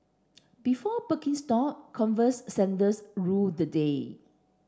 before Birkenstock Converse sandals ruled the day